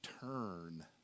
turn